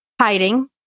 hiding